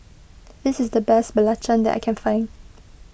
this is the best Belacan that I can find